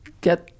get